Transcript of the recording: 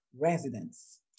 residents